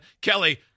Kelly